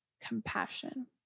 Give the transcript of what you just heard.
compassion